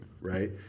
right